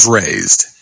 raised